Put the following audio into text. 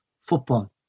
football